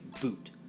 boot